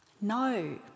no